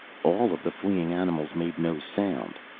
all of the fleeing animals made no sound,